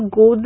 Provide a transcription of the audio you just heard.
go